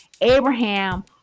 Abraham